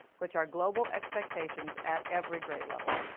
which are global expectations at every grade level.